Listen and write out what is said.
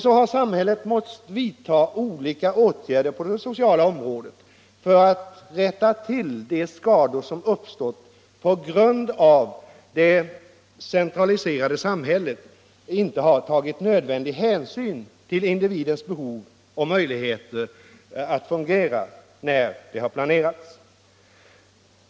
Så har samhället måst vidta olika åtgärder på det sociala området för att rätta till de skador som uppstått på grund av att det centraliserade samhället inte tagit nödvändig hänsyn till individens behov och möjligheter att fungera när det har planerats.